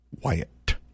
Wyatt